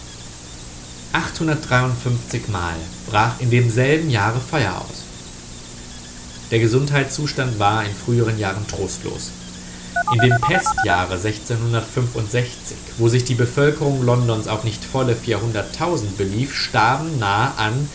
mal brach in demselben jahre feuer aus der gesundheitszustand war in früheren jahren trostlos in dem pestjahre wo sich die bevölkerung londons auf nicht volle belief starben nah an